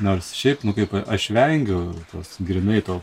nors šiaip nu kaip aš vengiu tos grynai to